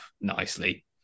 nicely